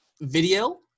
Video